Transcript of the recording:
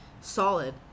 solid